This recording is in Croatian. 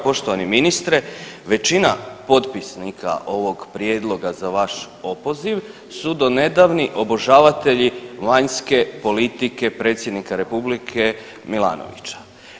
Poštovani ministre, većina potpisnika ovog prijedloga za vaš opoziv su donedavni obožavatelji vanjske politike predsjednika republike Milanovića.